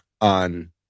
on